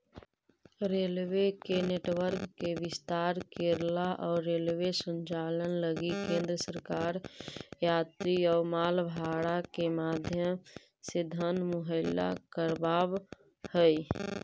railway के network के विस्तार करेला अउ रेलवे संचालन लगी केंद्र सरकार यात्री अउ माल भाड़ा के माध्यम से धन मुहैया कराव हई